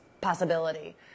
Possibility